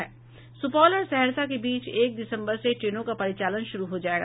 सूपौल और सहरसा के बीच एक दिसम्बर से ट्रेनों का परिचालन शुरू हो जायेगा